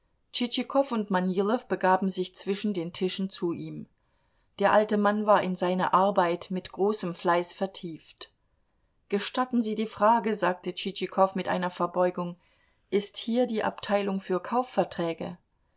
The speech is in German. und manilow begaben sich zwischen den tischen zu ihm der alte mann war in seine arbeit mit großem fleiß vertieft gestatten sie die frage sagte tschitschikow mit einer verbeugung ist hier die abteilung für kaufverträge